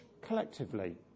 collectively